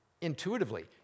intuitively